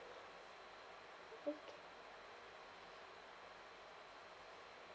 okay